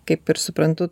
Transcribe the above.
kaip ir suprantu